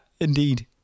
indeed